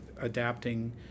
adapting